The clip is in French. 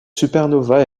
supernova